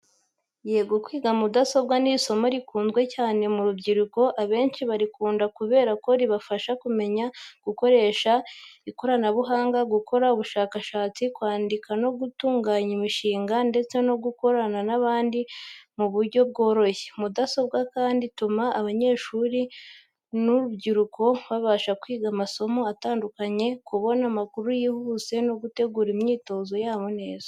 Yego, kwiga mudasobwa ni isomo rikunzwe cyane mu rubyiruko. Abenshi barikunda kubera ko ribafasha kumenya gukoresha ikoranabuhanga, gukora ubushakashatsi, kwandika no gutunganya imishinga, ndetse no gukorana n’abandi mu buryo bworoshye. Mudasobwa kandi ituma abanyeshuri n’urubyiruko babasha kwiga amasomo atandukanye, kubona amakuru yihuse, no gutegura imyitozo yabo neza.